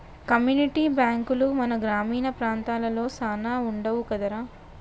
community బాంకులు మన గ్రామీణ ప్రాంతాలలో సాన వుండవు కదరా